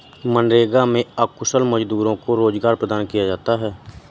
मनरेगा में अकुशल मजदूरों को रोजगार प्रदान किया जाता है